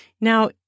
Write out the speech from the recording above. Now